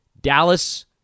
Dallas